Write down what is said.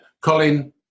colin